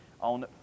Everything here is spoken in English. on